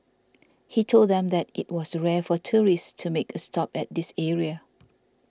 he told them that it was rare for tourists to make a stop at this area